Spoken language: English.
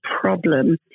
problem